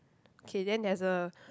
okay then there's a